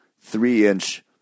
three-inch